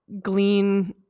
Glean